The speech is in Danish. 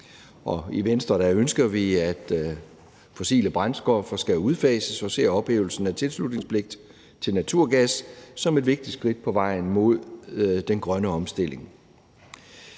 I Venstre ønsker vi, at fossile brændstoffer skal udfases, og vi ser ophævelsen af tilslutningspligten til naturgas som et vigtigt skridt på vejen mod den grønne omstilling.